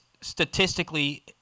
statistically